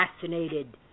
fascinated